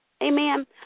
Amen